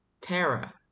Tara